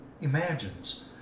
imagines